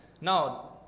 now